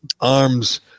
arms